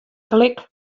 klik